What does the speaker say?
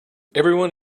everyone